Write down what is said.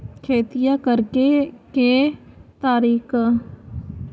खेतिया करेके के तारिका?